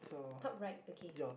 top right okay